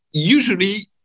usually